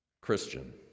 Christian